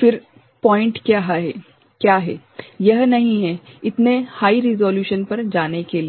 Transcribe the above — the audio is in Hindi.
फिर बिंदु क्या है यह नहीं है इतने हाइ रिसोल्यूशन पर जाने के लिए